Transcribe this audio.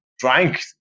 drank